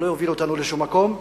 זה לא יוביל אותנו לשום מקום.